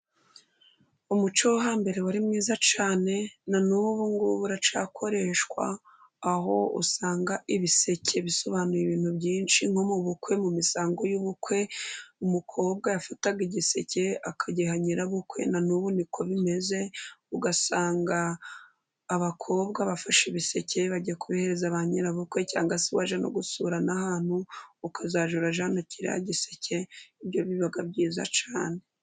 Umuco wo hambere wari mwiza cyane, na n'ubu ng'ubu uracyakoreshwa, aho usanga ibiseke bisobanuye ibintu byinshi nko mu bukwe ,mu misango y'ubukwe, umukobwa yafataga igiseke akagiha nyirabukwe na n'ubu ni ko bimeze ,ugasanga abakobwa bafashe ibiseke bagiye kubihereza ba nyirabukwe ,cyangwa se wajya no gusura ahantu, ukazajya urajyana kiriya giseke ,biba byiza cyane.